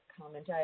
comment